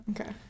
Okay